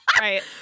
right